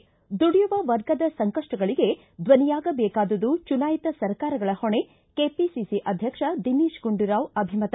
ಿ ದುಡಿಯುವ ವರ್ಗದ ಸಂಕಷ್ಷಗಳಿಗೆ ದನಿಯಾಗಬೇಕಾದುದು ಚುನಾಯಿತ ಸರ್ಕಾರಗಳ ಹೊಣೆ ಕೆಪಿಸಿಸಿ ಅಧ್ಯಕ್ಷ ದಿನೇಶ ಗುಂಡೂರಾವ್ ಅಭಿಮತ